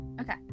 Okay